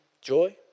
joy